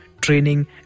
training